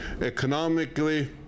Economically